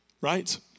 right